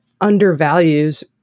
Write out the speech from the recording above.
undervalues